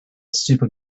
super